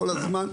כל הזמן,